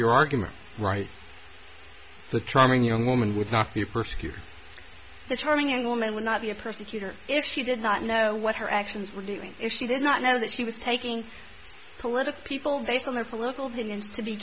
your argument right the troubling young woman would not be persecuted the charming young woman would not be a persecutor if she did not know what her actions were doing if she did not know that she was taking political people based on their political demands to be